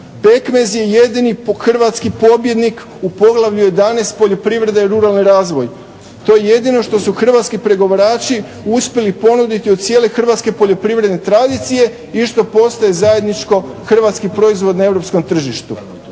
Pekmez je jedini hrvatski pobjednik u poglavlju 11.-Poljoprivreda i ruralni razvoj. To je jedino što su hrvatski pregovarači uspjeli ponuditi od cijele hrvatske poljoprivredne tradicije i što postoji zajedničko hrvatski proizvod na europskom tržištu.